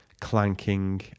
clanking